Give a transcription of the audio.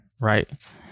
right